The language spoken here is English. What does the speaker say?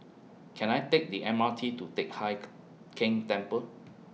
Can I Take The M R T to Teck Hai Keng Temple